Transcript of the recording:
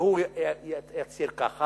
והוא הצהיר ככה,